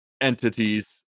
entities